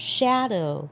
Shadow